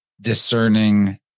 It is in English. discerning